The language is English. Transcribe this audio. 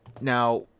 Now